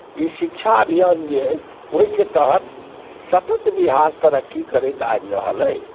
ई शिक्षा अभियान जे अइ ओहिके तहत सतत बिहार तरक्की करैत आबि रहल अइ